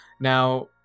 Now